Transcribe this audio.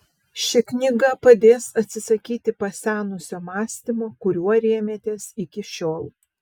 ši knyga padės atsisakyti pasenusio mąstymo kuriuo rėmėtės iki šiol